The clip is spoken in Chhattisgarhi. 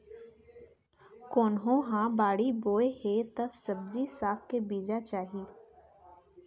कोनो ह बाड़ी बोए हे त सब्जी साग के बीजा चाही